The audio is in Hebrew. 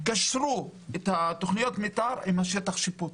קשרו את תוכניות המתאר עם שטח השיפוט.